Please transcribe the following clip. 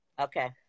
Okay